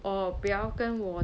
哦不要跟我